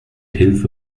hilfe